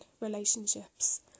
relationships